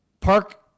Park